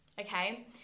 okay